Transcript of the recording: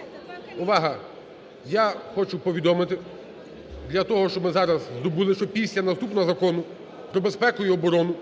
– 1. Я хочу повідомити для того, щоб ми зараз здобули, що після наступного Закону про безпеку і оборону